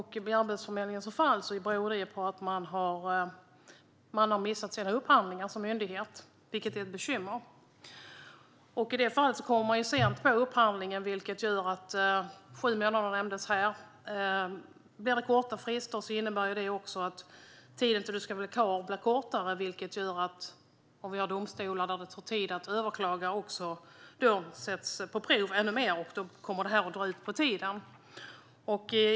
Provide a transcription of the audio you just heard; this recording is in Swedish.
I Arbetsförmedlingens fall beror det på att man som myndighet har missat sina upphandlingar, vilket är ett bekymmer. I det fallet kom man på upphandlingen sent - sju månader nämndes här. Blir det korta frister innebär det att också tiden tills det ska vara klart blir kortare, vilket gör att domstolar där det tar tid att överklaga sätts på prov ännu mer. Då kommer det att dra ut på tiden.